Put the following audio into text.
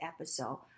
episode